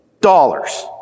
dollars